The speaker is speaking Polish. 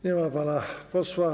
Nie ma pana posła.